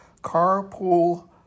carpool